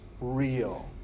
real